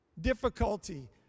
difficulty